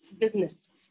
business